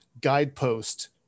guidepost